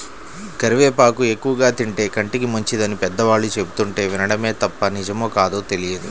కరివేపాకు ఎక్కువగా తింటే కంటికి మంచిదని పెద్దవాళ్ళు చెబుతుంటే వినడమే తప్ప నిజమో కాదో తెలియదు